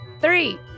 three